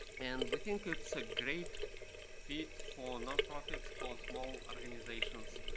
and we think it's a great fit for non-profits, for small organizations,